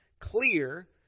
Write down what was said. clear